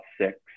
six